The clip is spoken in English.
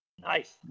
nice